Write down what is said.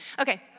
Okay